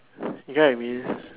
you get what I mean